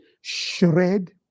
shred